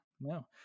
no